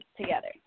together